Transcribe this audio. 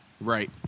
Right